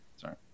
sorry